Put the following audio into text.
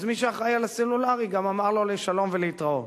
אז מי שאחראי לסלולרי גם אמר לו שלום ולהתראות.